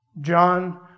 John